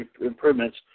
improvements